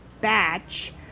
batch